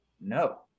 No